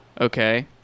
Okay